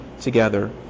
together